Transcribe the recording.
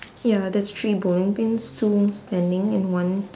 ya there's three bowling pins two standing and one